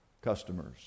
customers